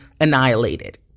annihilated